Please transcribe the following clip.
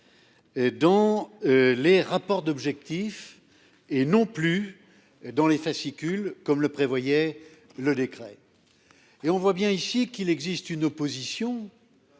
Dans. Les rapports d'objectifs et non plus dans les fascicules comme le prévoyait le décret. Et on voit bien ici qu'il existe une opposition.